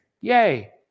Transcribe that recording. yay